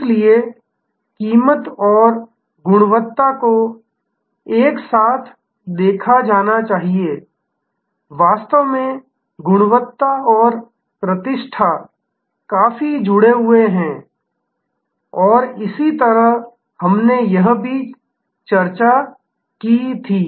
इसलिए कीमत और गुणवत्ता को एक साथ देखा जाना चाहिए वास्तव में गुणवत्ता और प्रतिष्ठा काफी जुड़े हुए हैं और इसी तरह हमने यह भी चर्चा की थी